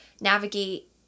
navigate